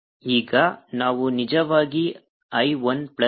ಈಗ ನಾವು ನಿಜವಾಗಿ I ಒನ್ ಪ್ಲಸ್ I 2 ಎಂದು ಇಲ್ಲಿಂದ ನೋಡಬಹುದು